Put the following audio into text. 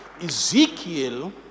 Ezekiel